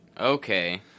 Okay